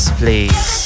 please